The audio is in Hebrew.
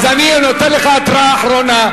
אז אני נותן לך התראה אחרונה.